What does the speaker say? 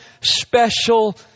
special